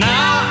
Now